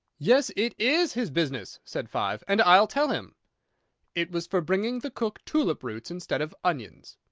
yes, it is his business! said five. and i'll tell him it was for bringing the cook tulip-roots instead of onions.